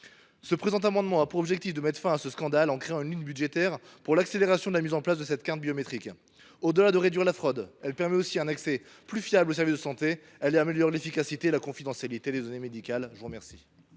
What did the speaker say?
Le présent amendement a pour objet de mettre fin à ce scandale, en créant une ligne budgétaire pour l’accélération de la mise en place de cette carte biométrique. Au delà de réduire la fraude, cette carte favorisera un accès plus fiable aux services de santé et améliorera l’efficacité et la confidentialité des données médicales.